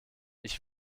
ich